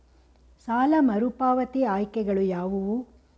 ಸಾಲ ಮರುಪಾವತಿ ಆಯ್ಕೆಗಳು ಯಾವುವು?